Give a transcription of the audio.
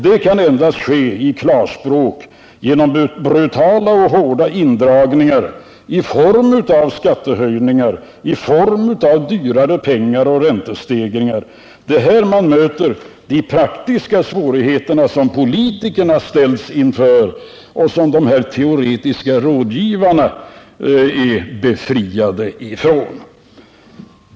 Detta kan endast ske, för att tala klarspråk, genom brutala och hårda indragningar i form av skattehöjningar, dyrare pengar och räntestegringar. Det är här man möter de praktiska svårigheterna, som politikerna ställs inför men som de här teoretiska rådgivarna är befriade ifrån.